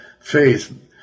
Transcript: faith